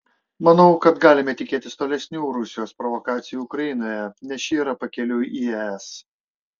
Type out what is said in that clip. manau kad galime tikėtis tolesnių rusijos provokacijų ukrainoje nes ši yra pakeliui į es